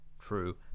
true